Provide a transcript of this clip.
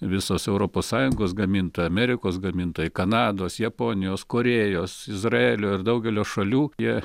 visos europos sąjungos gamintojai amerikos gamintojai kanados japonijos korėjos izraelio ir daugelio šalių jie